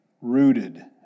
rooted